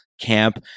camp